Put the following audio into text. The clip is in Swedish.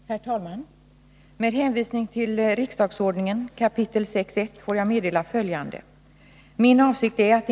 Herr talman! Med hänvisning till riksdagsordningen 6 kap. I § får jag meddela följande. Min avsikt är att.